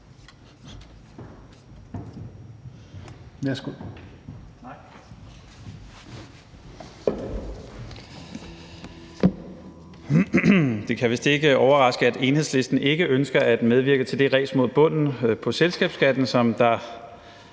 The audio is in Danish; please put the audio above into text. Det kan vist ikke overraske, at Enhedslisten ikke ønsker at medvirke til det ræs mod bunden på selskabsskatten, som pågår